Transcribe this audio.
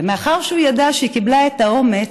ומאחר שהוא ידע שהיא קיבלה את האומץ,